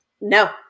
No